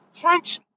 French